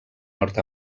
nord